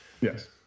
Yes